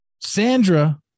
Sandra